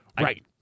Right